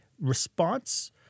response